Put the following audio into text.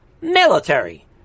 military